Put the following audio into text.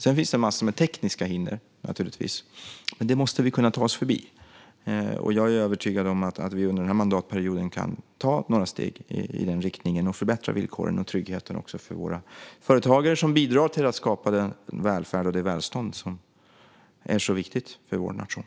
Sedan finns det massor med tekniska hinder, och dem måste vi kunna ta oss förbi. Jag är övertygad om att vi under den här mandatperioden kan ta några steg i den riktningen och förbättra villkoren och tryggheten för våra företagare, som bidrar till att skapa den välfärd och det välstånd som är så viktigt för vår nation.